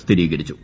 സ്ഥിരീകരിച്ചു